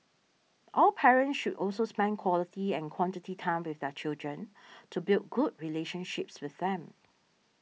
all parents should also spend quality and quantity time with their children to build good relationships with them